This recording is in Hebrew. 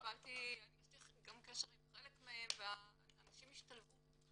יותר מ-13,000 פניות בשנה ורק 54% זה אנשים שמגדירים את עצמם עולים